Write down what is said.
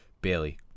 Bailey